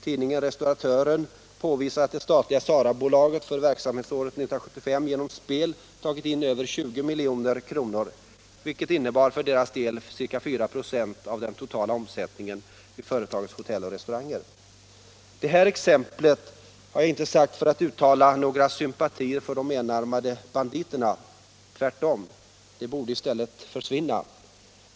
Tidningen Restauratören påvisar att det statliga SARA-bolaget för verksamhetsåret 1975 genom spel tagit in över 20 milj.kr., vilket innebar ca 4 96 av den totala omsättningen vid företagets hotell och restauranger. Detta exempel är inte sagt för att uttala några sympatier för de enarmade banditerna — tvärtom. Jag anser att de borde försvinna.